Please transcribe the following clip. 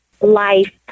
life